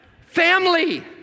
Family